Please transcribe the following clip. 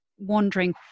wondering